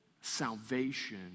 salvation